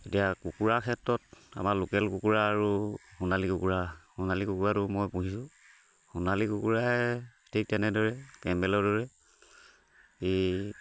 এতিয়া কুকুৰাৰ ক্ষেত্ৰত আমাৰ লোকেল কুকুৰা আৰু সোণালী কুকুৰা সোণালী কুকুৰাটো মই পুহিছোঁ সোণালী কুকুৰাই ঠিক তেনেদৰে কেম্বেলৰ দৰে এই